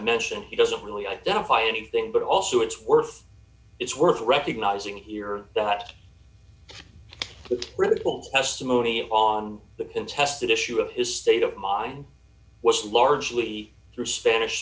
mentioned he doesn't really identify anything but also it's worth it's worth recognizing here that writable testimony on the contested issue of his state of mind was largely through spanish